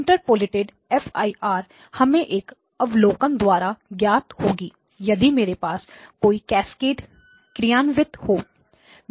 interpolated F I R हमें एक अवलोकन द्वारा ज्ञात होगी यदि मेरे पास कोई कैस्केडएड क्रियान्वित हो